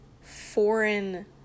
foreign